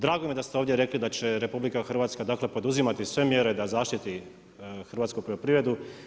Drago mi je da se ovdje rekli da će RH poduzimati sve mjere da zaštiti hrvatsku poljoprivredu.